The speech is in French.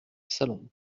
salon